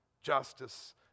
justice